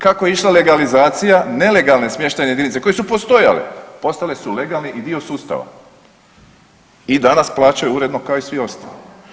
Kako je išla legalizacija, nelegalne smještajne jedinice koje su postojale, postale su legalne i dio sustava i danas plaćaju uredno kao i svi ostali.